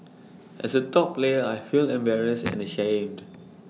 as A top player I feel embarrassed and ashamed